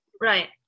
Right